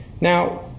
Now